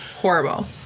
horrible